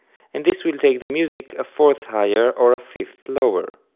and this will take the music a fourth higher or a fifth lower.